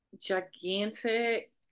gigantic